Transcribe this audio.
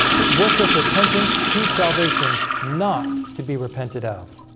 it worked with repentance to salvation not to be repented of